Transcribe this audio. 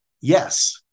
yes